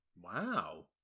Wow